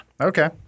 Okay